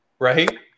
Right